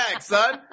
son